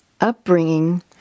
upbringing